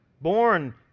Born